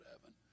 heaven